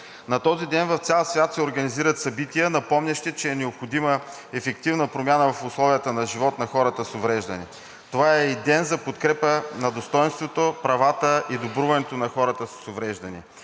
На този ден в цял свят се организират събития, напомнящи, че е необходима ефективна промяна в условията на живот на хората с увреждания. Това е и ден за подкрепа на достойнството, правата и добруването на хората с увреждания.